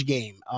Game